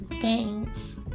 games